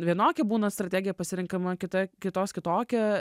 vienokia būna strategija pasirenkama kitoje kitos kitokia